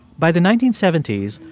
by the nineteen seventy s,